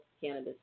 cannabis